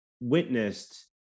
witnessed